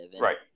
Right